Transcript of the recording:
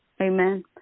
amen